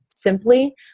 Simply